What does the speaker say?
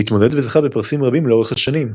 והתמודד וזכה בפרסים רבים לאורך השנים.